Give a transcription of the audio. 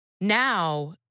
now